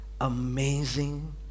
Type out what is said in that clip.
Amazing